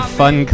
fun